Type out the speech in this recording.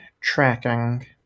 tracking